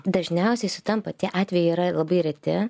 dažniausiai sutampa tie atvejai yra labai reti